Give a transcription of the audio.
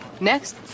Next